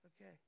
Okay